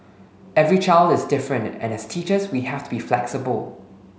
every child is different and as teachers we have to be flexible